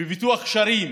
ופיתוח קשרים